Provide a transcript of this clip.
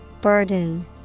Burden